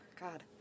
god